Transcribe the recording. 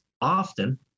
often